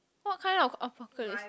what kind of apocalypse